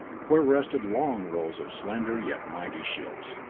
where rested long rows of slender, yet mighty ships.